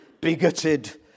bigoted